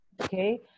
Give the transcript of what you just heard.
okay